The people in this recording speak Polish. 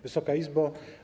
Wysoka Izbo!